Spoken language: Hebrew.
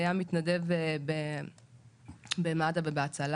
היה מתנדב במד"א ובהצלה,